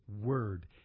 word